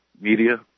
media